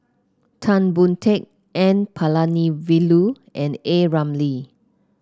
Tan Boon Teik N Palanivelu and A Ramli